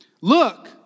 Look